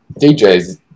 DJs